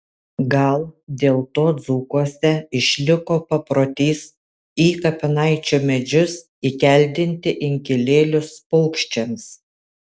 gal dėl to dzūkuose išliko paprotys į kapinaičių medžius įkeldinti inkilėlius paukščiams